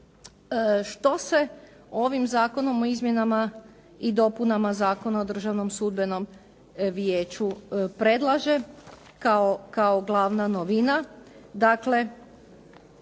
Što se ovim Zakonom o izmjenama i dopunama Zakona o Državnom sudbenom vijeću predlaže kao glavna novina?